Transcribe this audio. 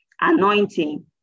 Anointing